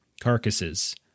carcasses